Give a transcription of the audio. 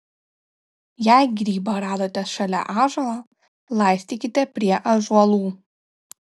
jei grybą radote šalia ąžuolo laistykite prie ąžuolų